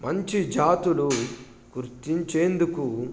మంచి జాతులు గుర్తించేందుకు